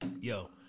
Yo